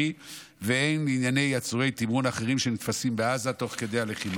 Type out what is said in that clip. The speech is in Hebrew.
והן לעניין עצורי תמרון אחרים שנתפסים בעזה תוך כדי הלחימה.